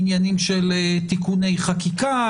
עניינים של תיקוני חקיקה,